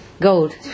Gold